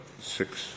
six